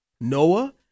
Noah